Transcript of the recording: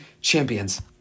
champions